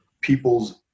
people's